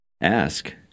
Ask